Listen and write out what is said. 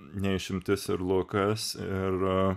ne išimtis ir lukas ir